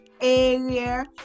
area